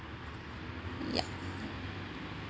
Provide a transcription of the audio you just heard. ya